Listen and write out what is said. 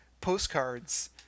postcards